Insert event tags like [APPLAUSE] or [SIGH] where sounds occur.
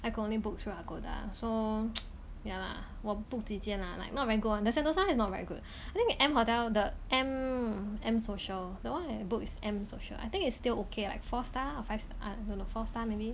I could only book through Agoda so [NOISE] ya lah 我 book 几间啦 like not very good one the sentosa one is not very good I think M hotel the M M social the one I book is M social I think it's still okay like four star or five star don't know four star maybe